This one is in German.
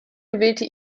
gewählte